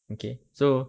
okay so